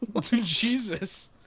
Jesus